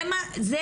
זה